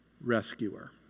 rescuer